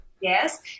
Yes